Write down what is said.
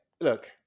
Look